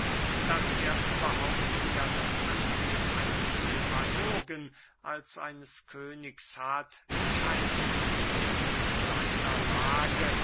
daß er überhaupt eher das ansehen eines demagogen als eines königs hat scheint ihm in seiner lage